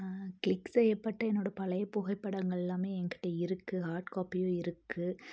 click செய்யப்பட்ட என்னோடய பழைய புகைப்படங்கள் எல்லாமே என் கிட்ட இருக்குது ஹாட் காப்பியும் இருக்குது